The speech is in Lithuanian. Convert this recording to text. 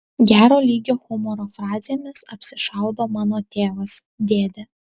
gero lygio humoro frazėmis apsišaudo mano tėvas dėdė